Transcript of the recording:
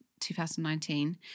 2019